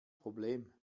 problem